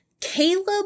Caleb